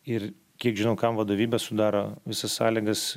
ir kiek žinau kam vadovybė sudaro visas sąlygas